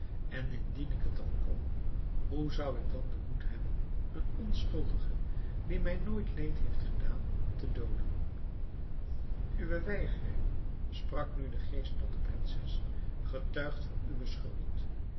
en indien ik het al kon hoe zou ik dan den moed hebben een onschuldige die mij nooit leed heeft gedaan te dooden uwe weigering sprak nu de geest tot de prinses getuigt voor uwe schuld